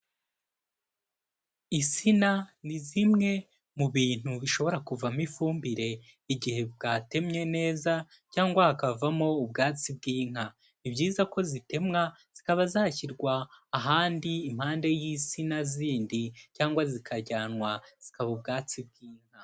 Insina ni zimwe mu bintu bishobora kuvamo ifumbire, igihe bwatemye neza cyangwa hakavamo ubwatsi bw'inka, ni ibyiza ko zitemwa zikaba zashyirwa ahandi impande y'insina zindi cyangwa zikajyanwa zikaba ubwatsi bw'inka.